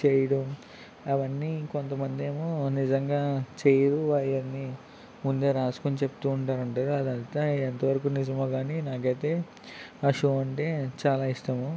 చేయడం అవన్నీ కొంతమంది ఏమో నిజంగా చేయరు అయన్నీ ముందే రాసుకొని చెప్తూ ఉంటారంటారు అదైతే ఎంతవరకు నిజమో కానీ నాకైతే ఆ షో అంటే చాలా ఇష్టము